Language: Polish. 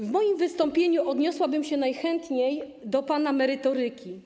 W moim wystąpieniu odniosłabym się najchętniej do pana merytoryki.